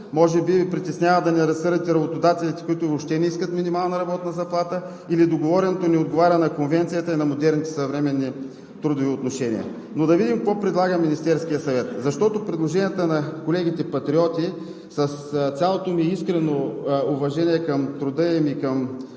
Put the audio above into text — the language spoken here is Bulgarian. може би Ви притеснява да не разсърдите работодателите, които въобще не искат минимална работна заплата, или договореното не отговаря на Конвенцията и на модерните, съвременни трудови отношения?! Да видим какво предлага Министерският съвет, защото предложенията на колегите Патриоти, с цялото ми искрено уважение към труда и към